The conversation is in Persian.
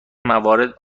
موارد